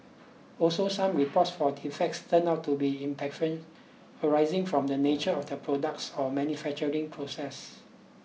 also some reports for defects turned out to be imperfections arising from the nature of the products or manufacturing process